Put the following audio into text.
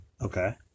Okay